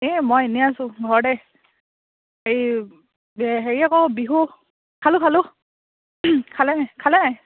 এই মই এনেই আছোঁ ঘৰতে হেৰি হেৰি আকৌ বিহু খালো খালো খালে খালে